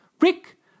Rick